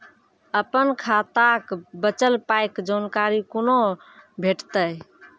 अपन खाताक बचल पायक जानकारी कूना भेटतै?